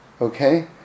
Okay